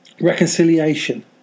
reconciliation